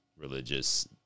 religious